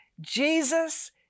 Jesus